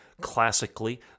classically